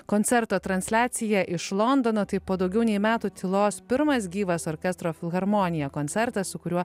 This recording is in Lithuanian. koncerto transliaciją iš londono tai po daugiau nei metų tylos pirmas gyvas orkestro filharmonija koncertas su kuriuo